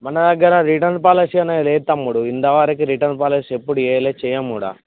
మన దగ్గర return policy అనేది లేదుఅయితే మూడు ఇంతవరికు రిటన్ పాలసీ ఎప్పుడు ఇవ్వలేదు చేయ్యం కూడా